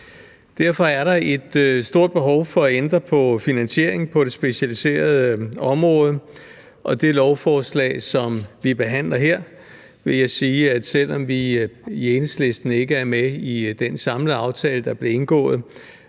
Derfor er der et stort behov for at ændre på finansieringen på det specialiserede område, og selv om vi i Enhedslisten ikke er med i den samlede aftale, der blev indgået,